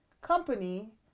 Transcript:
company